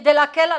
כדי להקל עליו,